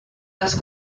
les